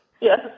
Yes